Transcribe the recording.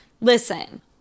Listen